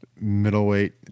middleweight